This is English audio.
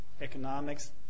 economics